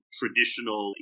traditional